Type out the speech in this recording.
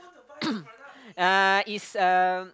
uh it's um